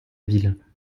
ville